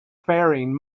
faring